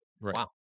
Wow